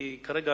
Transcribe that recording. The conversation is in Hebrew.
כי כרגע,